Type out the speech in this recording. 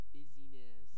busyness